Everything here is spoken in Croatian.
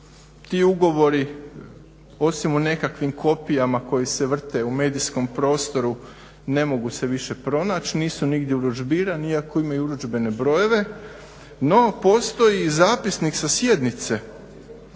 ti ugovori osim u nekakvim kopijama koje se vrte u medijskom prostoru ne mogu se više pronaći, nisu nigdje urudžbirani iako imaju urudžbene brojeve, no postoji i zapisnik sa sjednice